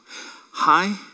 Hi